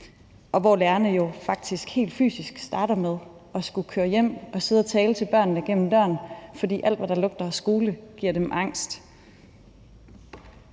og hvor lærerne jo faktisk helt fysisk starter med at skulle køre hjem og sidde og tale til børnene gennem døren, fordi alt, hvad der lugter af skole, giver dem angst.